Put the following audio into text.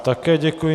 Také děkuji.